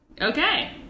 Okay